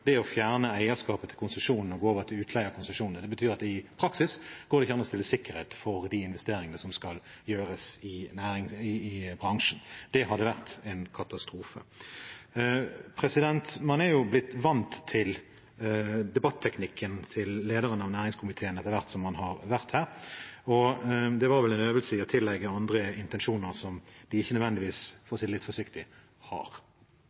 Det betyr at det i praksis ikke går an å stille sikkerhet for de investeringene som skal gjøres i bransjen. Det hadde vært en katastrofe. Man er jo blitt vant til debatteknikken til lederen av næringskomiteen etter hvert, og det var vel en øvelse i å tillegge andre intensjoner som de ikke nødvendigvis